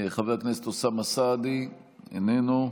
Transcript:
חבר הכנסת אוסאמה סעדי, איננו,